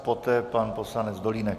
Poté pan poslanec Dolínek.